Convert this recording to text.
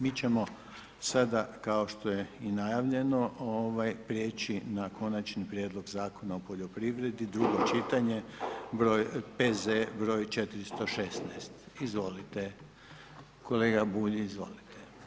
Mi ćemo sada kao što je i najavljeno, preći na Konačni prijedlog Zakona o poljoprivredi, drugo čitanje, P.Z. br. 416. izvolite kolega Bulj, izvolite.